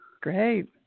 Great